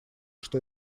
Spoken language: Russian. что